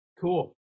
cool